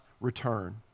return